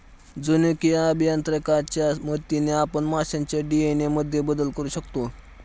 जनुकीय अभियांत्रिकीच्या मदतीने आपण माशांच्या डी.एन.ए मध्येही बदल करू शकतो